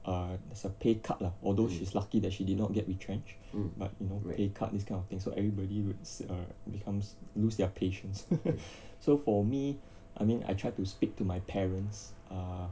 err has a pay cut lah although she's lucky that she did not get retrenched but you know pay cut this kind of thing so everybody lose uh becomes lose their patience so for me I mean I tried to speak to my parents err